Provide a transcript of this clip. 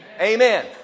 Amen